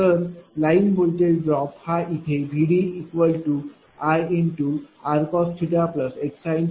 तर line voltage drop हा इथे VDIr cos x sin दिलेला आहे